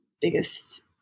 biggest